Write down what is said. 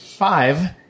Five